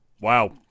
wow